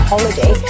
holiday